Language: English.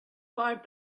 five